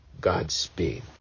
Godspeed